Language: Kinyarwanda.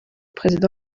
perezida